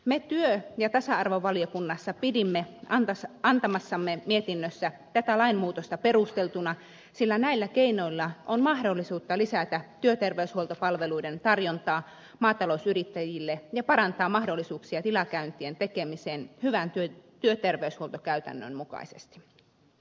me työ ja tasa arvovaliokunnassa pidimme antamassamme mietinnössä tätä lainmuutosta perusteltuna sillä näillä keinoilla on mahdollisuus lisätä työterveyshuoltopalveluiden tarjontaa maatalousyrittäjille ja parantaa mahdollisuuksia tilakäyntien tekemiseen hyvän työterveyshuoltokäytännön mukaisesti